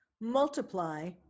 multiply